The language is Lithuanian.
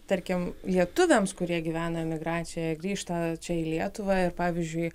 tarkim lietuviams kurie gyvena emigracijoje grįžta čia į lietuvą ir pavyzdžiui